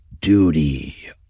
Duty